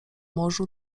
morzu